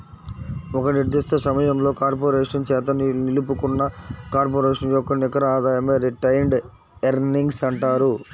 ఒక నిర్దిష్ట సమయంలో కార్పొరేషన్ చేత నిలుపుకున్న కార్పొరేషన్ యొక్క నికర ఆదాయమే రిటైన్డ్ ఎర్నింగ్స్ అంటారు